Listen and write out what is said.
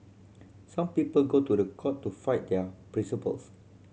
some people go to the court to fight their principles